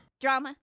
Drama